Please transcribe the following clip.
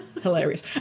Hilarious